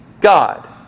God